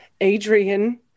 Adrian